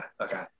okay